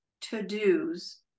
to-dos